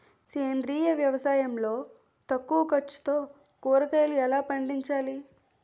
సేంద్రీయ వ్యవసాయం లో తక్కువ ఖర్చుతో కూరగాయలు ఎలా పండించాలి?